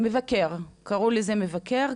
קראו לזה מבקר.